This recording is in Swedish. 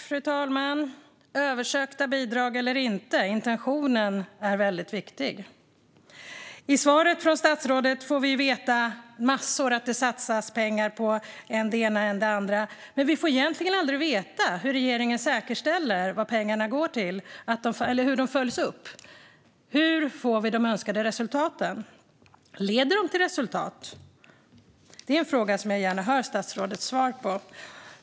Fru talman! Översökta bidrag eller inte - intentionen är viktig. I svaret från statsrådet får vi veta massor om att det satsas pengar på än det ena, än det andra. Men vi får egentligen aldrig veta hur regeringen säkerställer vad pengarna går till eller hur de följs upp. Hur får vi de önskade resultaten? Leder åtgärderna till resultat? Det är en fråga som jag gärna hör statsrådets svar på.